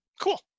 Cool